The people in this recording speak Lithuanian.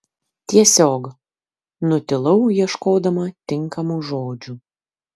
tiesiog nutilau ieškodama tinkamų žodžių